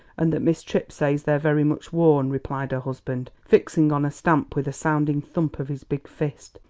and that miss tripp says they're very much worn, replied her husband, fixing on a stamp with a sounding thump of his big fist.